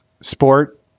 Sport